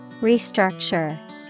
Restructure